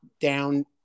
down